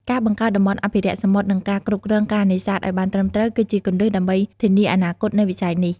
ការបង្កើតតំបន់អភិរក្សសមុទ្រ និងការគ្រប់គ្រងការនេសាទឲ្យបានត្រឹមត្រូវ គឺជាគន្លឹះដើម្បីធានាអនាគតនៃវិស័យនេះ។